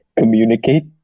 communicate